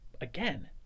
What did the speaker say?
again